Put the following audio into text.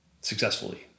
successfully